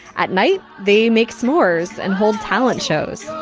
at night, they make s'mores and hold talent shows